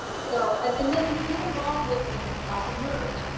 so and and then get involved with things like emerge,